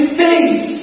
face